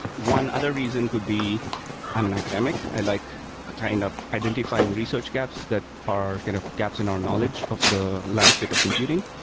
one other reason could be i'm an academic. i like kind of identifying research gaps that are kind of gaps in our knowledge of the landscape of computing,